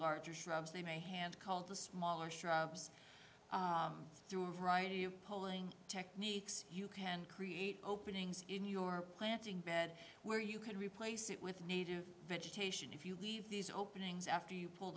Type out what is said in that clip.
larger shrubs they may hand called the smaller shrubs through a variety of polling techniques you can create openings in your planting bed where you can replace it with native vegetation if you leave these openings after you pull